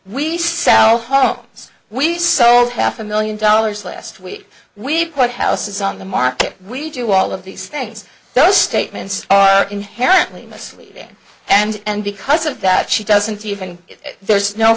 sow homes we sold half a million dollars last week we've put houses on the market we do all of these things those statements are inherently misleading and because of that she doesn't even if there's no